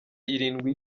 irindwi